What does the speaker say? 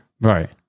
Right